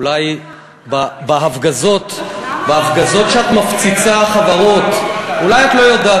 אולי בהפגזות שאת מפציצה חברות, אולי את לא יודעת.